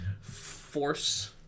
force